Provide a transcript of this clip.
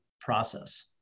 process